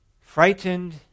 frightened